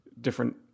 different